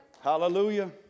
Hallelujah